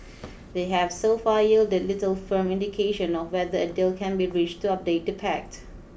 they have so far yielded little firm indication of whether a deal can be reached to update the pact